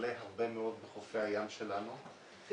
שמבלה הרבה מאוד בחופי הים שלנו --- חיזקי,